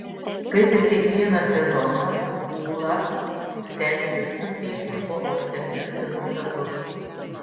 kaip ir kiekvieną sezoną ūla stengsis pasiekti kuo aukštesnius rezultatus